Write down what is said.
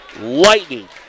Lightning